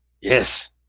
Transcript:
Yes